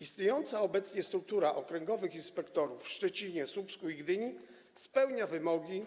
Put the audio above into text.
Istniejąca obecnie struktura okręgowych inspektoratów w Szczecinie, Słupsku i Gdyni spełnia wymogi,